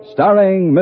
Starring